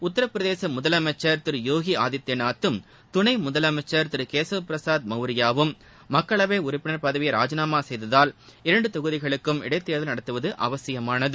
உத்தூப்பிரதேச முதலமைச்சர் திரு யோகி ஆதித்யநாத்தும் துணை முதலமைச்சர் திரு கேசவ் பிரசாத் மௌரியாவும் மக்களவை உறுப்பினர் பதவியை ராஜினாமா செய்ததால் இரண்டு தொகுதிகளுக்கும் இடைத்தேர்தல் நடத்துவது அவசியமானது